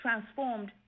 transformed